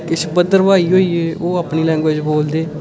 किश भद्रवाही होई गे ओह् अपनी लैंग्विज बोलदे